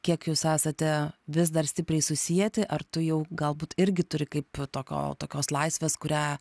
kiek jūs esate vis dar stipriai susieti ar tu jau galbūt irgi turi kaip tokio tokios laisvės kurią